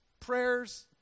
Prayers